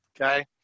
Okay